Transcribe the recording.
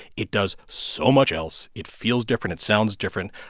it does so much else. it feels different. it sounds different.